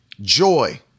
joy